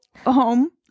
home